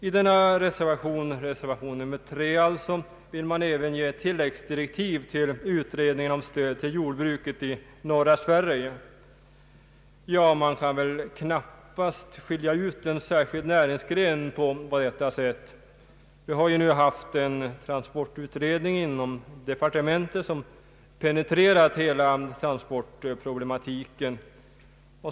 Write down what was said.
I reservationen 3 vill man även ge tilläggsdirektiv till utredningen om stöd till jordbruket i norra Sverige. Man kan väl knappast skilja ut en särskild näringsgren på detta sätt. Vi har nu haft en transportutredning inom departementet som penetrerat hela transportproblematiken.